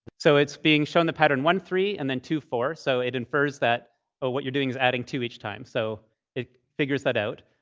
so it's being shown the pattern one three and then two four. so it infers that what you're doing is adding two each time. so it figures that out.